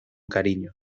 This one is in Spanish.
cariño